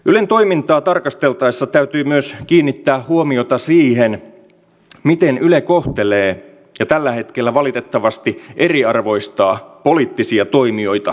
ylen toimintaa tarkasteltaessa täytyy myös kiinnittää huomiota siihen miten yle kohtelee ja tällä hetkellä valitettavasti eriarvoistaa poliittisia toimijoita uutisoinnissaan